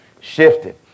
shifted